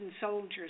soldiers